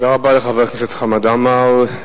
תודה רבה לחבר הכנסת חמד עמאר.